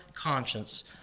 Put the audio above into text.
Conscience